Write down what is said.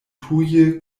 tuje